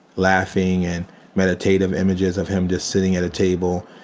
laughing and meditative images of him just sitting at a table.